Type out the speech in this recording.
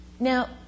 Now